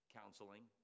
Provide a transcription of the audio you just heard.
counseling